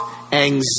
anxiety